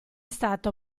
stato